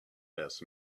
best